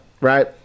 Right